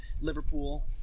Liverpool